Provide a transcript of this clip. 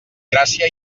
gràcia